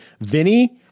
Vinny